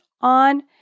on